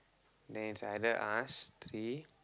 then it's either us three